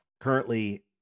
currently